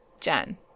Jen